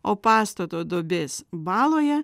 o pastato duobės baloje